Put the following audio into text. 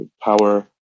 power